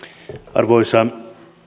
arvoisa